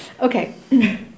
Okay